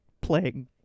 playing